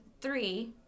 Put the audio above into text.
three